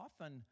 often